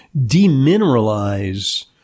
demineralize